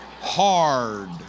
Hard